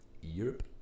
Europe